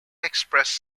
express